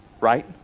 Right